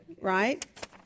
right